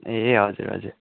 ए हजुर हजुर